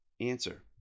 Answer